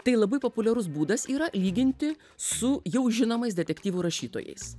tai labai populiarus būdas yra lyginti su jau žinomais detektyvų rašytojais